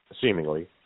seemingly